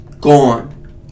gone